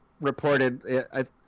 reported